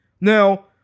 Now